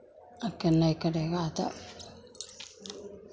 आ के नहीं करेगा तो